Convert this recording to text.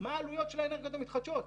מה העלויות של האנרגיות המתחדשות.